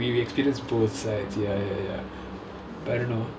both both sides right like we we experienced both sides ya ya ya but I don't know